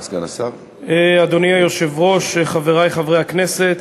אדוני היושב-ראש, חברי חברי הכנסת,